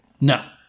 No